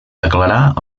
declarar